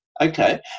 Okay